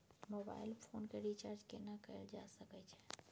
Mobile phone के recharge केना कैल जा सकै छै?